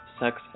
sex